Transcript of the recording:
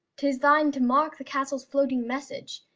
tis thine to mark the castle's floating message.